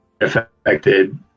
affected